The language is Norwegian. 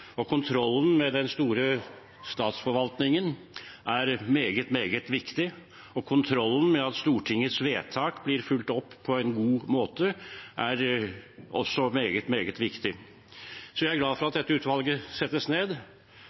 myndighet. Kontrollen med den store statsforvaltningen er meget, meget viktig, og kontrollen med at Stortingets vedtak blir fulgt opp på en god måte, er også meget, meget viktig. Jeg er glad for at dette utvalget settes ned.